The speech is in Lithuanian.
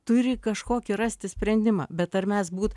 turi kažkokį rasti sprendimą bet ar mes būt